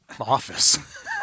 office